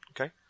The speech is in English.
okay